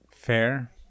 Fair